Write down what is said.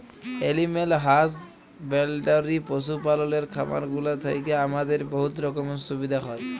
animal husbandry পশু পাললের খামারগুলা থ্যাইকে আমাদের বহুত রকমের সুবিধা হ্যয়